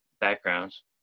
backgrounds